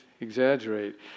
exaggerate